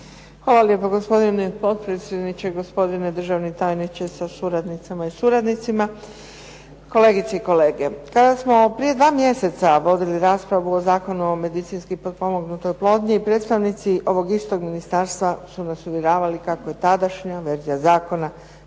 Hvala lijepo gospodine potpredsjedniče, gospodine državni tajniče sa suradnicama i suradnicima, kolegice i kolege. Kada smo prije 2 mjeseca vodili raspravu o Zakonu o medicinski potpomognutoj oplodnji, predstavnici ovog istog ministarstva su nas uvjeravali kako je tadašnja verzija zakona